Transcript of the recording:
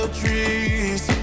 trees